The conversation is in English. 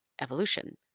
evolution